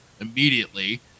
immediately